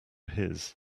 his